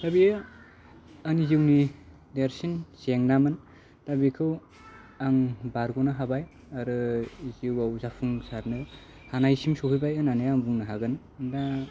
दा बेयो आंनि जिउनि देरसिन जेंनामोन दा बेखौ आं बारग'नो हाबाय आरो जिउआव जाखांसारनो हानायसिम सौहैबाय होननानै आं बुंनो हागोन दा